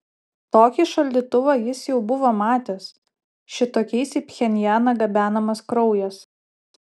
tokį šaldytuvą jis jau buvo matęs šitokiais į pchenjaną gabenamas kraujas